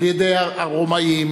על-ידי הרומאים,